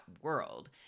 world